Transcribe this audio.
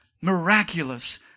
miraculous